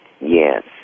Yes